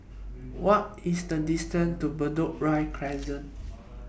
What IS The distance to Bedok Ria Crescent